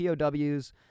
POWs